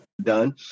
done